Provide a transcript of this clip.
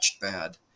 bad